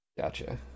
Gotcha